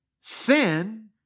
Sin